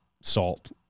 salt